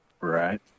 right